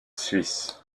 suisse